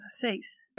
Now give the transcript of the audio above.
thanks